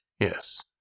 Yes